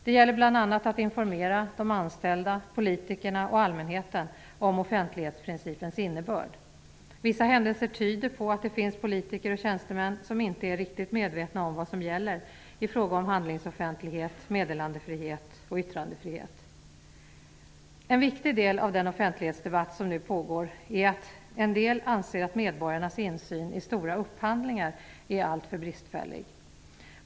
Det gäller bl.a. att informera de anställda, politikerna och allmänheten om offentlighetsprincipens innebörd. Vissa händelser tyder på att det finns politiker och tjänstemän som inte är riktigt medvetna om vad som gäller i fråga om handlingsoffentlighet, meddelandefrihet och yttrandefrihet. En viktig del av den offentlighetsdebatt som nu pågår är att en del anser att medborgarnas insyn i stora upphandlingar är allt för bristfällig.